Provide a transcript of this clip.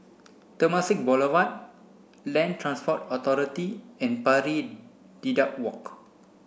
Temasek Boulevard Land Transport Authority and Pari Dedap Walk